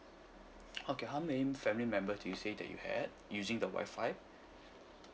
okay how many family members do you say that you had using the Wi-Fi